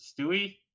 Stewie